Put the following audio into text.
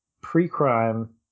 pre-crime